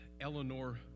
Eleanor